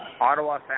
Ottawa